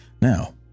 Now